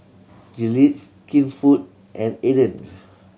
Gillettes Skinfood and Aden